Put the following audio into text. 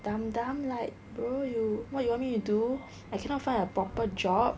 dumb dumb like bro you what you want me to do I cannot find a proper job